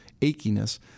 achiness